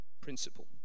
principle